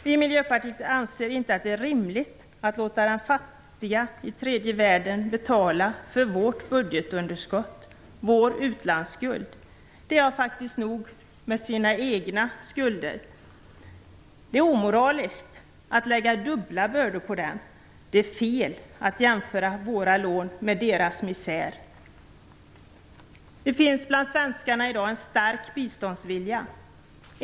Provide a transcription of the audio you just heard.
Vi i Miljöpartiet anser inte att det är rimligt att låta de fattiga i tredje världen betala för vårt budgetunderskott, vår utlandsskuld. De har faktiskt nog med sina egna skulder. Det är omoraliskt att lägga dubbla bördor på dem. Det är fel att jämföra våra lån med deras misär. Bland svenskarna finns det i dag en stark biståndsvilja.